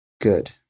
Good